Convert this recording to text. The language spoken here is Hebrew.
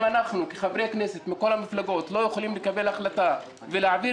אם אנחנו כחברי כנסת מכל המפלגות לא יכולים לקבל החלטה להעביר